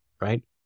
right